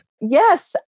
Yes